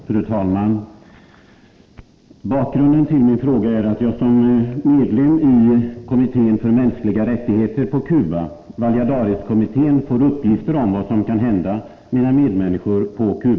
Fru talman! Jag ber att få tacka för svaret på min fråga, även om den fråga jag har ställt upptar besöket av vicepresidenten Carlos Rafael Rodriguez, vilket statsrådet Ingvar Carlsson inte har velat svara på.